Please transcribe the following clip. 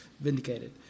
Vindicated